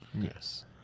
Yes